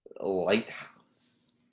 Lighthouse